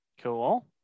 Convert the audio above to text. cool